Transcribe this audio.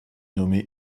nommé